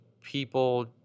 people